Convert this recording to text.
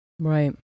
Right